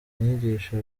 inyigisho